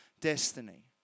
destiny